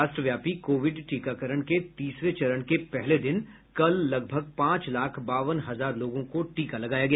राष्ट्रव्यापी कोविड टीकाकरण के तीसरे चरण के पहले दिन कल लगभग पांच लाख बावन हजार लोगों को टीका लगाया गया